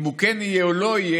אם הוא כן יהיה או לא יהיה,